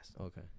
okay